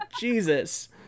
Jesus